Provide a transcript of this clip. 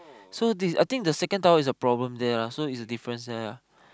so this I think the second tower is got problem there a different set